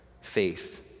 faith